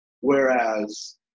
whereas